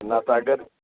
نَتہٕ اگر